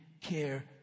care